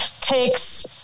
takes